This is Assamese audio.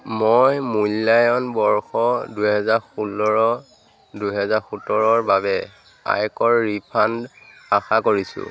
মই মূল্যায়ন বৰ্ষ দুহেজাৰ ষোল্ল দুহেজাৰ সোতৰৰ বাবে আয়কৰ ৰিফাণ্ড আশা কৰিছোঁ